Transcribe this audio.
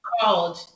called